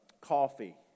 coffee